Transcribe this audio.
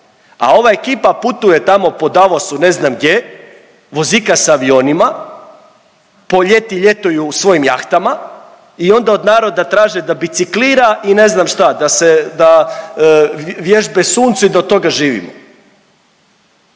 A ova ekipa putuje tamo po Davosu ne znam gdje, vozika se avionima, po ljeti ljetuju u svojim jahtama i onda od naroda traže da biciklira i ne znam šta da se, da vježbe suncu i da od toga živimo.